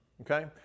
okay